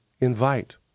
Invite